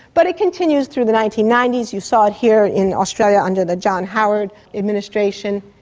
but it continues through the nineteen ninety s, you saw it here in australia under the john howard administration.